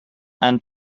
and